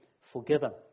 forgiven